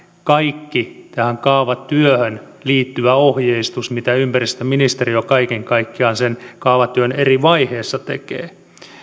kaikki tähän kaavatyöhön liittyvä ohjeistus mitä ympäristöministeriö kaiken kaikkiaan sen kaavatyön eri vaiheissa tekee